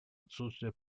отсутствия